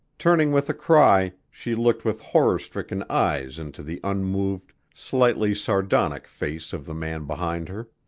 turning with a cry, she looked with horror-stricken eyes into the unmoved, slightly sardonic face of the man behind her.